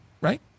right